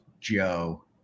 Joe